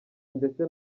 ndetse